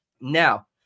now